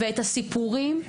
את הסיפורים,